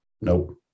nope